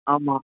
ஆமாம்